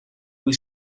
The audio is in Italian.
cui